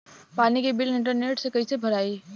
पानी के bill internet से कइसे भराई?